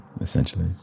essentially